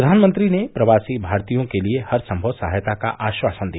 प्रधानमंत्री ने प्रवासी भारतीयों के लिए हरसंगव सहायता का आश्वासन दिया